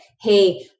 hey